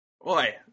Boy